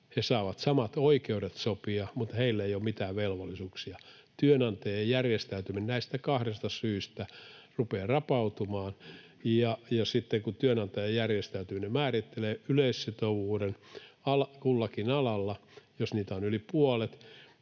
ne saavat samat oikeudet sopia, mutta niillä ei ole mitään velvollisuuksia. Näistä kahdesta syystä työnantajien järjestäytyminen rupeaa rapautumaan, ja sitten, kun työnantajan järjestäytyminen määrittelee yleissitovuuden kullakin alalla, jos niitä on yli puolet